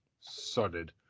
sodded